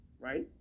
right